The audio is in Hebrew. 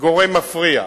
גורם מפריע,